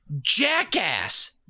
jackass